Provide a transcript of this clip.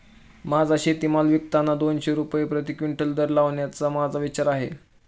माझा शेतीमाल विकताना दोनशे रुपये प्रति क्विंटल दर लावण्याचा माझा विचार आहे